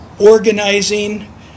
organizing